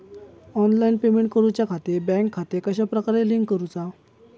Online payment करुच्याखाती bank खाते कश्या प्रकारे लिंक करुचा?